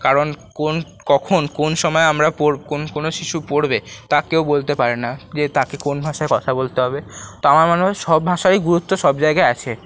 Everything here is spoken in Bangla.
কারণ কোন কখন কোন সময়ে আমরা কোনো শিশু পড়বে তা কেউ বলতে পারে না যে তাকে কোন ভাষায় কথা বলতে হবে তা আমার মনে হয় সব ভাষারই গুরুত্ব সব জায়গায় আছে